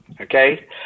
okay